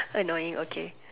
annoying okay